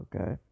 okay